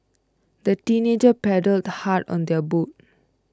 the teenagers paddled hard on their boat